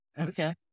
Okay